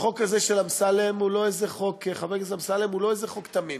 החוק הזה של חבר הכנסת אמסלם הוא לא איזה חוק תמים.